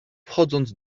wchodząc